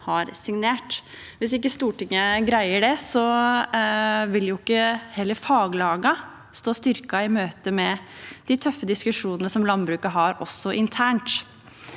Hvis ikke Stortinget greier det, ville heller ikke faglagene stå styrket i møte med de tøffe diskusjonene som landbruket har, også internt.